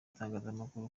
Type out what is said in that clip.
itangazamakuru